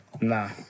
Nah